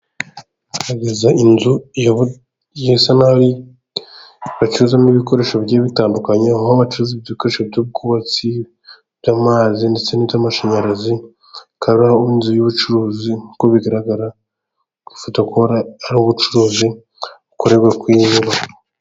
Haragaragazwa inzu yagizwe iyo bacuzamo ibikoresho bitandukanye. Aho bacuruza ibikoresho by'ubwubatsi, iby'amazi ,ndetse n'iby'amashanyarazi. Akaba ari inzu y'ubucuruzi nk'uko bigaragara ku ifoto ko ari ubucuruzi bukorerwa ku iyi nyubako.